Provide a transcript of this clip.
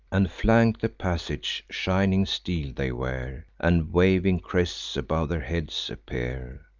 and flank the passage shining steel they wear, and waving crests above their heads appear.